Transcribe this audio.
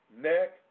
neck